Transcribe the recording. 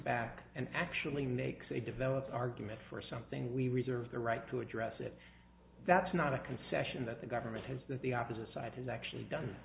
back and actually makes a developed argument for something we reserve the right to address it that's not a concession that the government has that the opposite side has actually done